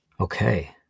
Okay